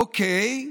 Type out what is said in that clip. אוקיי,